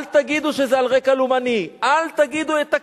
אל תגידו שזה על רקע לאומני,